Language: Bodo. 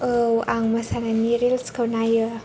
औ आं मोसानायनि रिल्सखौ नायो